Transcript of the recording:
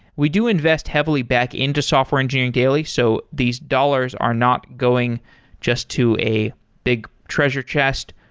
we do invest heavily back into software engineering daily. so these dollars are not going just to a big treasure chest.